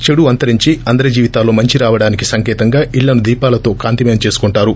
చెడు అంతరించి అందరి జీవితాల్లో మంచి రావడానికి సంకేతంగా ఇళ్చను దీపాలతో కాంతిమయం చేసుకుంటారు